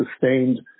sustained